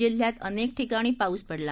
जिल्ह्यात अनेक ठिकाणी पाऊस पडला